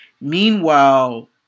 Meanwhile